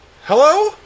Hello